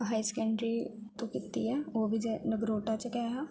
high secondary तों कीती ऐ ओह् बी नगरोटा च गै हा